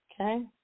Okay